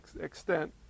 extent